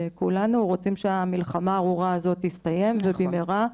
כולנו רוצים שהמלחמה הארורה הזאת תסתיים ובמהרה.